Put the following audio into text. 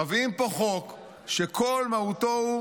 מביאים פה חוק שכל מהותו הוא